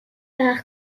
par